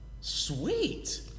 Sweet